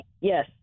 Yes